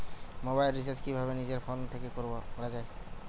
Mobile recharge কিভাবে নিজের phone থেকে করা য়ায়?